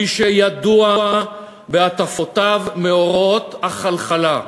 מי שידוע בהטפותיו מעוררות החלחלה.